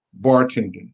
bartending